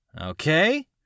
Okay